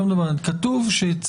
כתוב.